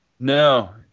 No